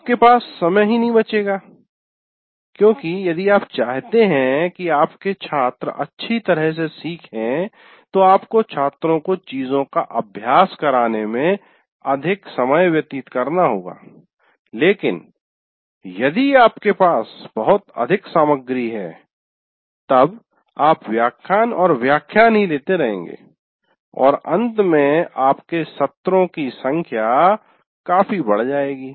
आपके पास समय ही नहीं बचेगा क्योंकि यदि आप चाहते हैं कि आपके छात्र अच्छी तरह से सीखें तो आपको छात्रों को चीजों का अभ्यास कराने में अधिक समय व्यतीत करना होगा लेकिन यदि आपके पास बहुत अधिक सामग्री है तब आप व्याख्यान और व्याख्यान ही लेते रहेंगे और अंत में आपके सत्रों की संख्या काफी बढ जाएगी